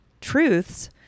truths